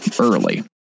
early